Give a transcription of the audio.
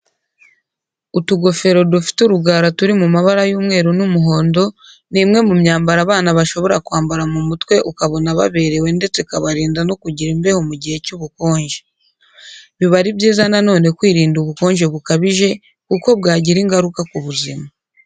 Utugofero dufite urugara turi mu mabara y'umweru n'umuhondo ni imwe mu myambaro abana bashobora kwambara mu mutwe ukabona baberewe ndetse ikabarinda no kugira imbeho mu gihe cy'ubukonje. Biba ari byiza nanone kwirinda ubukonje bukabije kuko bwagira ingaruka ku buzima.